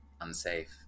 unsafe